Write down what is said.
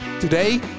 Today